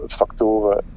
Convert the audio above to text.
factoren